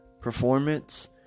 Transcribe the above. performance